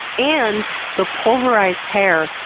and the pulverized hair,